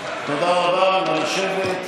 התחלת לנהל פה את העניינים, נא לשבת.